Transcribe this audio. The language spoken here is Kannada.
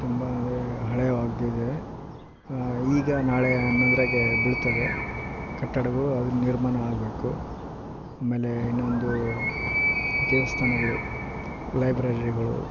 ತುಂಬ ಅಂದರೆ ಹಳೇವಾಗಿದಾವೆ ಈಗ ನಾಳೆ ಅನ್ನೊದ್ರಾಗೆ ಬೀಳ್ತವೆ ಕಟ್ಟಡಗಳು ಅದು ನಿರ್ಮಾಣ ಆಗಬೇಕು ಆಮೇಲೆ ಇನ್ನೊಂದು ದೇವಸ್ಥಾನಗಳು ಲೈಬ್ರರಿಗಳು